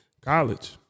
college